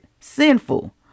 sinful